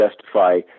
justify